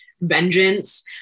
vengeance